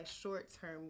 short-term